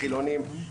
חילוניים,